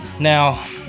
Now